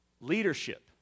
Leadership